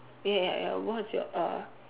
ya ya ya what's your uh